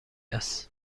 است